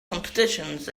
competitions